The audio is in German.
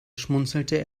schmunzelte